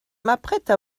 m’apprête